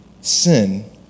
Sin